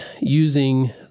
using